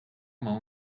mão